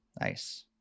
Nice